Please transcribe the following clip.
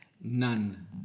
none